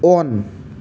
ꯑꯣꯟ